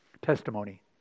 testimony